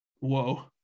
Whoa